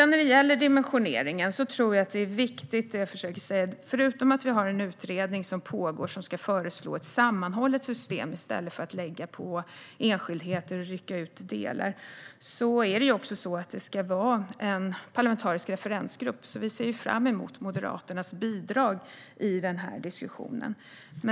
När det gäller dimensioneringen ska det, förutom att vi har en utredning som pågår som ska föreslå ett sammanhållet system i stället för att lägga på enskildheter och rycka ut delar, också vara en parlamentarisk referensgrupp, och vi ser fram emot Moderaternas bidrag i den diskussionen.